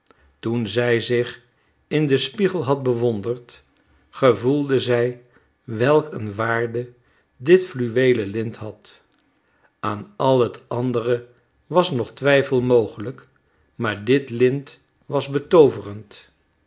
toen zij zich in den spiegel had bewonderd gevoelde zij welk een waarde dit fluweelen lint had aan al het andere was nog twijfel mogelijk maar dit lint was betooverend